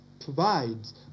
provides